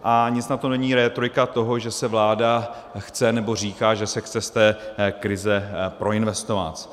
A nic na tom nemění rétorika toho, že se vláda chce nebo říká, že se chce z té krize proinvestovat.